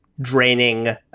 draining